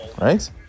Right